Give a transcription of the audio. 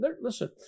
listen